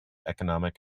economic